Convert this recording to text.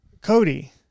Cody